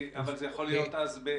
אבל זה יכול להיות בנגזרת,